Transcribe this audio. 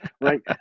right